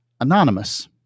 anonymous